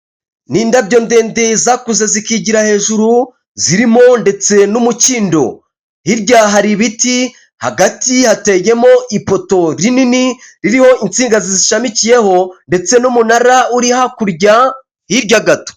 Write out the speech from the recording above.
Ni indabyo ndende zakuze zikigira hejuru zirimo ndetse n'umukindo, hirya hari ibiti hagati hateyemo ipoto rinini ririho insinga zizishamikiyeho ndetse n'umunara uri hakurya hirya gato.